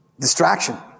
Distraction